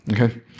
okay